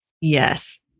Yes